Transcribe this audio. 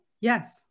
Yes